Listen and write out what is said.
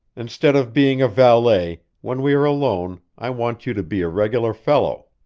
instead of being a valet, when we are alone, i want you to be a regular fellow.